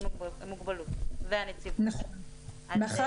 עם מוגבלות והנציבות --- אז לפני --- נכון.